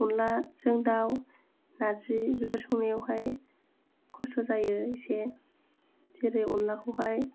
अनद्लाजों दाउ नारजि बेफोरखौ संनायावहाय खस्थ' जायो एसे जेरै अनद्लाखौहाय